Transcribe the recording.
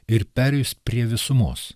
ir perėjus prie visumos